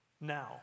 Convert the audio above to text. Now